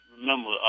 remember